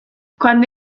quando